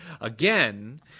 again